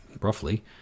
roughly